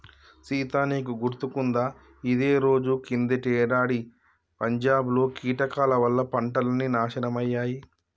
సీత నీకు గుర్తుకుందా ఇదే రోజు కిందటేడాది పంజాబ్ లో కీటకాల వల్ల పంటలన్నీ నాశనమయ్యాయి